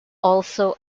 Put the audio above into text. also